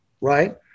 right